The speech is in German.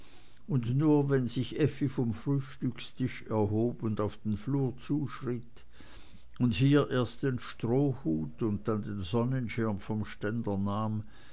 und nur wenn sich effi vom frühstückstisch erhob und auf den flur zuschritt und hier erst den strohhut und dann den sonnenschirm vom ständer nahm